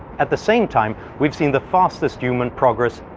at the same time, we've seen the fastest human progress